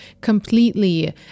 completely